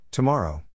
Tomorrow